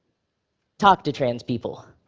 talk to trans people.